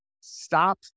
stop